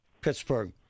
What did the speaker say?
Pittsburgh